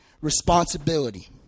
responsibility